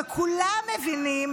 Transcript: שכולם מבינים,